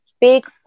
big